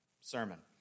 sermon